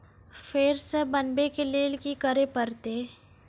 फेर सॅ बनबै के लेल की करे परतै?